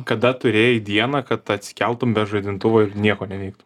kada turėjai dieną kad atsikeltum be žadintuvo ir nieko neveiktum